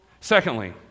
Secondly